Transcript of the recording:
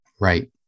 right